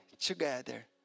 together